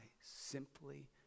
simply